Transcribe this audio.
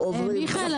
מיכאל,